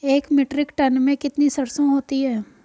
एक metric tonne में कितनी सरसों होती है?